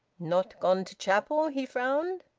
not gone to chapel? he frowned.